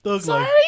Sorry